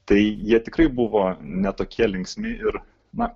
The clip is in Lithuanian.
tai jie tikrai buvo ne tokie linksmi ir na